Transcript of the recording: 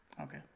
Okay